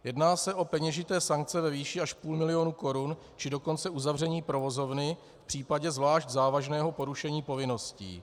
Jedná se o peněžité sankce ve výši až půl milionu korun, či dokonce uzavření provozovny v případě zvlášť závažného porušení povinností.